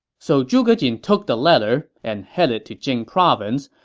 so zhuge jin took the letter and headed to jing province,